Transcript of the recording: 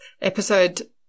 episode